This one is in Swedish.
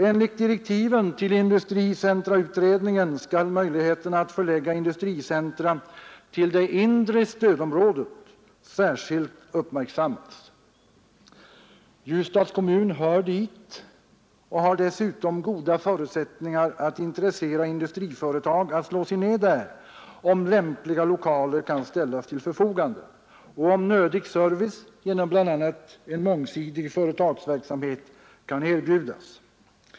Enligt direktiven till industricentrautredningen skall möjligheten att förlägga industricentra till det inre stödområdet särskilt uppmärksammas. Ljusdals kommun hör dit och har dessutom goda förutsättningar att intressera industriföretag att slå sig ned där, om lämpliga lokaler kan ställas till förfogande och om nödig service genom bl.a. mångsidig företagsverksamhet kan erbjudas.